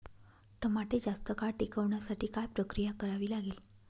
टमाटे जास्त काळ टिकवण्यासाठी काय प्रक्रिया करावी लागेल?